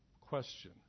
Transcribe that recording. question